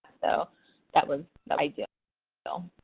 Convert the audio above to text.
so that was but ideal. so